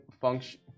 function